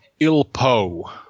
Ilpo